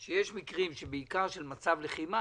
על כך שיש מקרים, בעיקר במצב לחימה,